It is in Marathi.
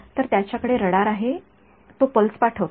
तर त्याच्याकडे रडार आहे तो पल्स पाठवतो